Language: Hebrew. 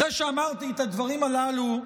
אחרי שאמרתי את הדברים הללו,